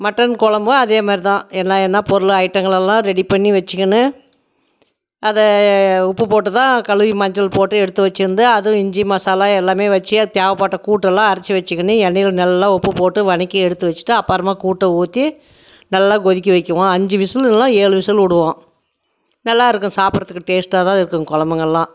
mutton குழம்பும் அதேமாதிரிதான் எல்லாம் என்ன பொருளும் ஐட்டங்கள் எல்லாம் ரெடி பண்ணி வச்சுக்கிணு அதை உப்பு போட்டுத்தான் கழுவி மஞ்சள் போட்டு எடுத்து வச்சுருந்து அதுவும் இஞ்சி மசாலா எல்லாம் வச்சு தேவைப்பட்ட கூட்டெல்லாம் அரைச்சி வச்சுக்கிணு எண்ணெயில் நல்லா உப்பு போட்டு வதக்கி எடுத்து வச்சுட்டு அப்புறமா கூட்டை ஊற்றி நல்லா கொதிக்க வக்கிவோம் அஞ்சு விசில் இல்லைனா ஏழு விசில் விடுவோம் நல்லா இருக்கும் சாப்பிடுறத்துக்கு டேஸ்டாகதான் இருக்கும் குழம்புங்கள்லாம்